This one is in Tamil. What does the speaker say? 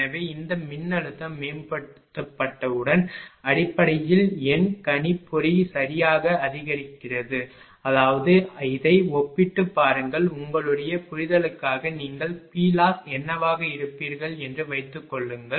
எனவே இந்த மின்னழுத்தம் மேம்படுத்தப்பட்டவுடன் அடிப்படையில் எண் கணிப்பொறி சரியாக அதிகரிக்கிறது அதாவது இதை ஒப்பிட்டுப் பாருங்கள் உங்களுடைய புரிதலுக்காக நீங்கள் PLoss என்னவாக இருப்பீர்கள் என்று வைத்துக்கொள்ளுங்கள்